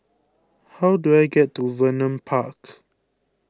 how do I get to Vernon Park